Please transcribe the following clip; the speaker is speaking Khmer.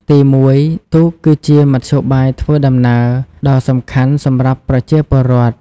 ទីមួយ ទូកគឺជា មធ្យោបាយធ្វើដំណើរ ដ៏សំខាន់សម្រាប់ប្រជាពលរដ្ឋ។